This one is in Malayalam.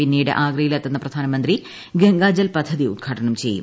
പിന്നീട് ആഗ്രയിലെത്തുന്ന പ്രധാനമന്ത്രി ഗംഗാജൽ പദ്ധതി ഉദ്ഘാടനം ചെയ്യും